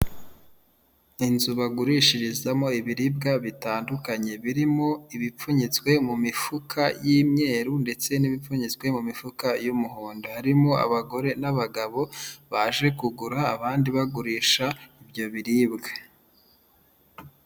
Inzu bagurishirizamo ibiribwa bitandukanye birimo ibipfunyitswe mu mifuka y'imyeru ndetse n'ibipfunyitswe mu mifuka y'umuhondo, harimo abagore n'abagabo baje kugura abandi bagurisha ibyo biribwa.